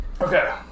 Okay